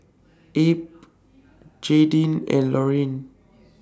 Abe Jaydin and Lorine